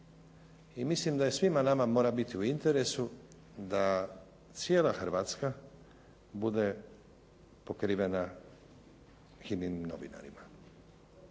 i mislim da je svima nama, mora biti u interesu da cijela Hrvatska bude pokrivena HINA-inim novinarima.